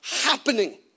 happening